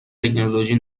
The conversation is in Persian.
تکنولوژی